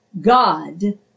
God